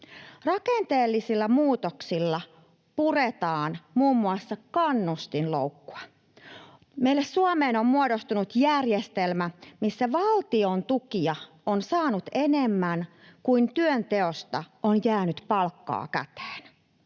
Rakenteellisilla muutoksilla puretaan muun muassa kannustinloukkuja. Meille Suomeen on muodostunut järjestelmä, missä valtion tukia on saanut enemmän kuin työnteosta on jäänyt palkkaa käteen.